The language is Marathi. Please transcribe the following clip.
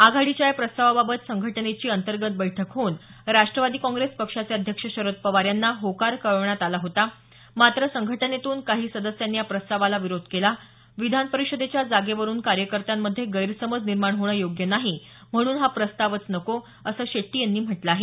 आघाडीच्या या प्रस्तावाबाबत संघटनेची अंतर्गत बैठक होऊन राष्ट्रवादी काँग्रेस पक्षाचे अध्यक्ष शरद पवार यांना होकार कळवण्यात आला होता मात्र संघटनेतून काही सदस्यांनी या प्रस्तावाला विरोध केला विधान परिषदेच्या जागेवरुन कार्यकर्त्यांमध्ये गैरसमज निर्माण होणं योग्य नाही म्हणून हा प्रस्तावच नको असं शेट्टी यांनी म्हटलं आहे